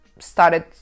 started